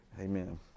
Amen